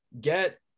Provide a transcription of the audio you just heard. get